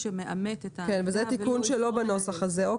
המאמת כי המנוע פועל לפי מגבלות הפליטה המפורטות בתקנת משנה (א)